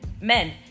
Men